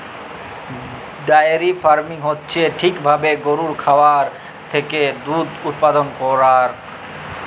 diary farming হচ্যে ঠিক ভাবে গরুর খামার থেক্যে দুধ উপাদান করাক